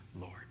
Lord